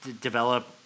develop